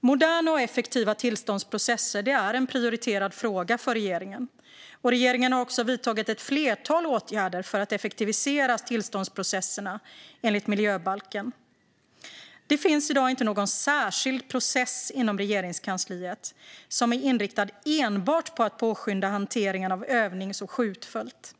Moderna och effektiva tillståndsprocesser är en prioriterad fråga för regeringen, och regeringen har vidtagit ett flertal åtgärder för att effektivisera tillståndsprocesserna enligt miljöbalken. Det finns i dag inte någon särskild process inom Regeringskansliet som är inriktad enbart på att påskynda hanteringen av övnings och skjutfält.